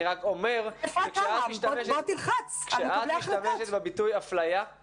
אני רק אומר שכשאת משתמשת בביטוי אפליה --- אפרת שם,